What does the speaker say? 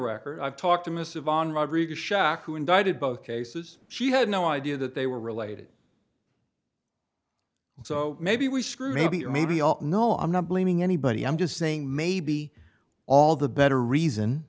record i've talked to mr von rodriguez schock who indicted both cases she had no idea that they were related so maybe we screwed maybe or maybe all no i'm not blaming anybody i'm just saying maybe all the better reason